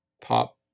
pop